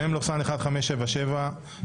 (מ/1577).